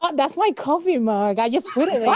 but that's my coffee mug. i just put it yeah